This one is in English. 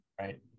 right